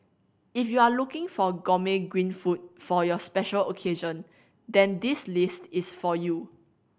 if you are looking for gourmet green food for your special occasion then this list is for you